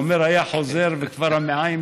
והוא אומר שהוא היה חוזר וכבר המעיים